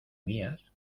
mías